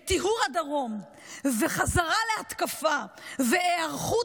את טיהור הדרום וחזרה להתקפה והיערכות